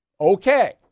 Okay